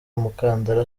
umukandara